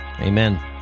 Amen